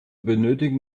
benötigen